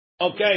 Okay